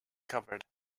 cupboard